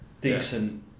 decent